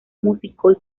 músico